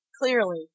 Clearly